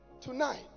Tonight